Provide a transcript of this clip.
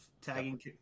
tagging